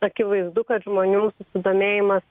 akivaizdu kad žmonių susidomėjimas